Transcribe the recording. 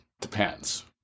Depends